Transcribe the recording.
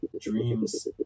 dreams